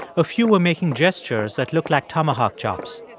a few were making gestures that looked like tomahawk chops.